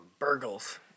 Burgles